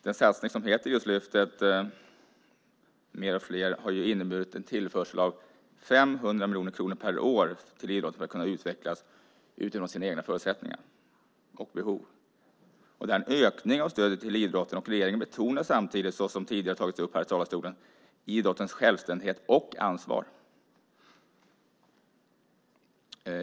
Den satsning som heter Idrottslyftet har inneburit en tillförsel av 500 miljoner kronor per år till idrotten för att utvecklas utifrån sina egna förutsättningar och behov. Det är en ökning av stödet till idrotten. Regeringen betonar samtidigt, som tidigare har tagits upp i talarstolen, idrottens självständighet och ansvar.